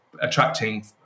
attracting